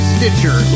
Stitcher